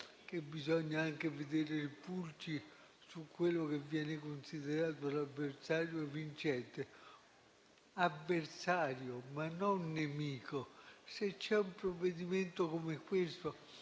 bisogna anche fare le pulci a quello che viene considerato l'avversario vincente (avversario, ma non nemico). Se c'è un provvedimento come questo,